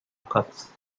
cubs